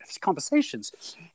conversations